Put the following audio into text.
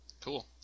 Cool